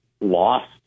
lost